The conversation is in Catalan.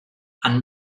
han